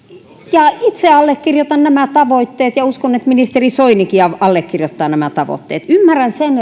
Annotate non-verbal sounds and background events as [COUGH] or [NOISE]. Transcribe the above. ja itse allekirjoitan nämä tavoitteet ja uskon että ministeri soinikin allekirjoittaa nämä tavoitteet ymmärrän sen [UNINTELLIGIBLE]